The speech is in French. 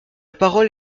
parole